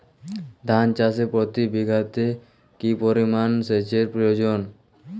ধান চাষে প্রতি বিঘাতে কি পরিমান সেচের প্রয়োজন?